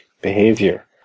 behavior